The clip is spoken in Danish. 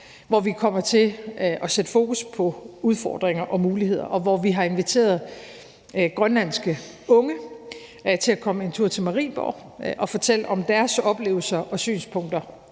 hvor vi kommer til at sætte fokus på udfordringer og muligheder, og hvor vi har inviteret grønlandske unge til at komme en tur til Marienborg og fortælle om deres oplevelser og synspunkter